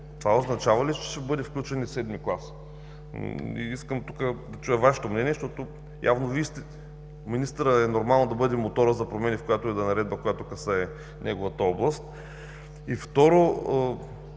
това означава ли, че ще бъде включен и VII клас? Искам тук да чуя Вашето мнение, защото е нормално министърът да бъде моторът за промени, в която и да е наредба, която касае неговата област. И второ,